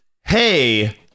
hey